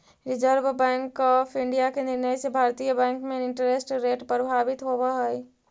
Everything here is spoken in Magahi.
रिजर्व बैंक ऑफ इंडिया के निर्णय से भारतीय बैंक में इंटरेस्ट रेट प्रभावित होवऽ हई